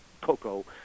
cocoa